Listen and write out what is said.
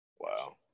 Wow